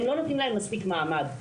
הם לא נותנים להם מספיק מעמד,